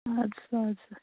اَدٕ سا اَدٕ سا